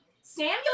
Samuel